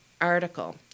article